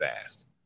fast